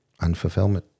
Unfulfillment